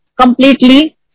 completely